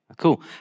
Cool